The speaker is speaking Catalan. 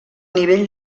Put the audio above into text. nivell